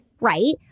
right